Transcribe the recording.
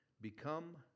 Become